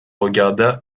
regarda